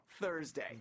Thursday